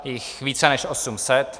Je jich více než 800.